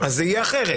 אז זה יהיה אחרת.